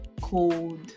cold